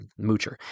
moocher